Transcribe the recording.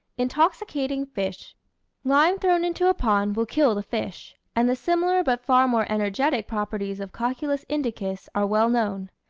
intoxicating fish lime thrown into a pond will kill the fish and the similar but far more energetic properties of cocculus indicus are well known.